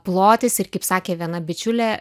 plotis ir kaip sakė viena bičiulė